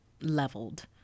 leveled